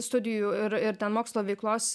studijų ir ir ten mokslo veiklos